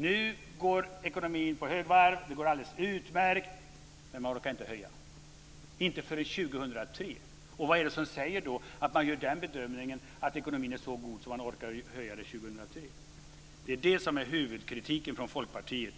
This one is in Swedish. Nu går ekonomin på högvarv. Det går alldeles utmärkt. Men man orkar inte höja - inte förrän 2003. Vad är det som säger att man 2003 gör bedömningen att ekonomin är så god att man då orkar höja biståndet? Det är detta som är huvudkritiken från Folkpartiet.